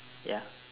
ya